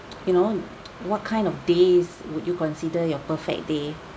you know what kind of days would you consider your perfect day